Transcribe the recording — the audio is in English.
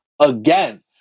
again